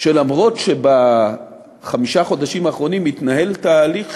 שגם אם בחמשת החודשים האחרונים מתנהל תהליך